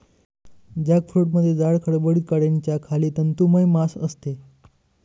जॅकफ्रूटमध्ये जाड, खडबडीत कड्याच्या खाली तंतुमय मांस असते